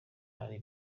ari